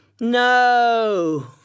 No